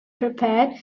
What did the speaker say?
prepared